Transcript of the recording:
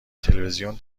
تلویزیون